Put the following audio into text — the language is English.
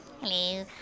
Hello